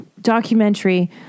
documentary